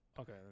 Okay